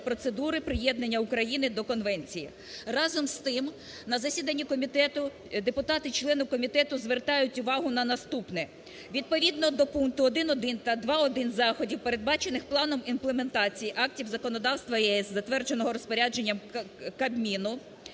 процедури приєднання України до конвенції. Разом з тим, на засіданні комітету депутати – члени комітету звертають увагу на наступне. Відповідно до пункту 1.1 та 2.1 заходів, передбачених Планом імплементації актів законодавства ЄС, затвердженого розпорядженням Кабміну,